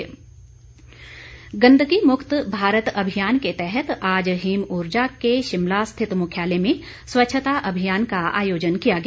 गन्दगी मुक्त गन्दगी मुक्त भारत अभियान के तहत आज हिमऊर्जा के शिमला स्थित मुख्यालय में स्वच्छता अभियान का आयोजन किया गया